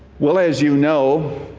well, as you know,